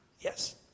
Yes